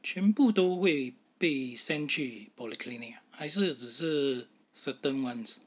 全部都会被 send 去 polyclinic 还是只是 certain months